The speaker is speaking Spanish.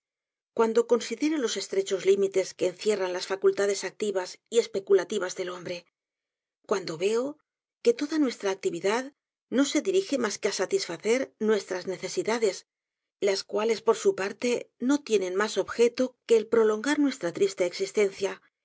cuando considero los estrechos limites que encierran las facultades activas y especulativas del hombre cuando veo que todo nuestra actividad no se dirige mas que á satisfacer nuestras necesidades las cuales por su parte no tienen mas objeto que el prolongar nuestra triste existencia